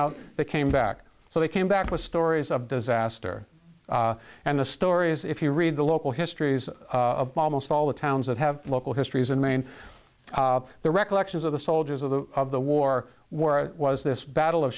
out they came back so they came back with stories of disaster and the story is if you read the local histories of almost all the towns that have local histories in maine the recollections of the soldiers of the of the war where was this battle of